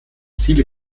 ziele